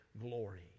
glory